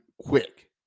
quick